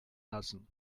lassen